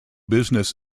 business